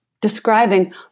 describing